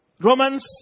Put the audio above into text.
Romans